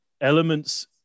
elements